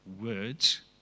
words